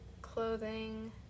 clothing